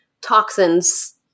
toxins